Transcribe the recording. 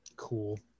Cool